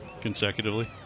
consecutively